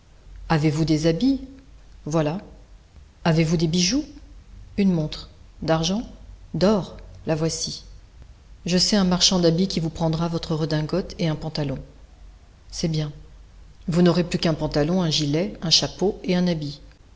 avez-vous des habits voilà avez-vous des bijoux une montre d'argent d'or la voici je sais un marchand d'habits qui vous prendra votre redingote et un pantalon c'est bien vous n'aurez plus qu'un pantalon un gilet un chapeau et un habit